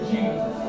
Jesus